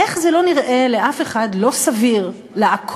איך זה לא נראה לאף אחד לא סביר לעקור?